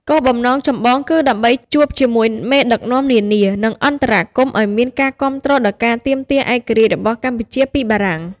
គោលបំណងចម្បងគឺដើម្បីជួបជាមួយមេដឹកនាំនានា និងអន្តរាគមន៍ឱ្យមានការគាំទ្រដល់ការទាមទារឯករាជ្យរបស់កម្ពុជាពីបារាំង។